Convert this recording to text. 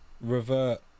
revert